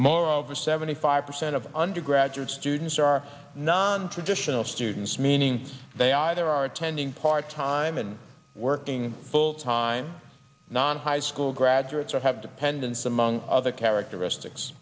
moreover seventy five percent of undergraduate students are nontraditional students meanings they either are attending part time and working full time non high school graduates or have dependents among other characteristics